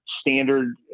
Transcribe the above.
standard